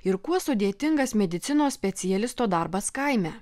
ir kuo sudėtingas medicinos specialisto darbas kaime